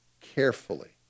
carefully